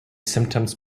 symptoms